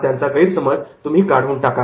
हा त्यांचा गैरसमज तुम्ही काढून टाका